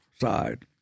side